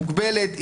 מוגבלת,